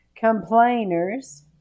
complainers